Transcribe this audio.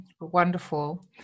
Wonderful